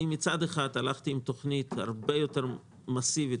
מצד אחד הלכתי עם תוכנית הרבה יותר מסיבית